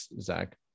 Zach